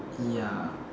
ya